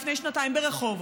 לפני שנתיים ברחובות,